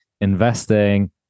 investing